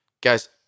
Guys